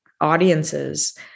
audiences